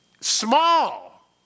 small